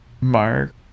Mark